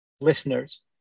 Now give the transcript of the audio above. listeners